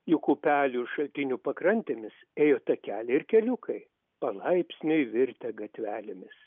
juk upelių šaltinių pakrantėmis ėjo takeliai ir keliukai palaipsniui virtę gatvelėmis